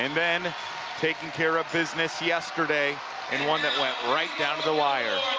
then taking care of business yesterday in one that went right down to the wire.